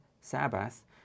Sabbath